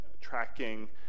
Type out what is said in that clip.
tracking